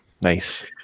Nice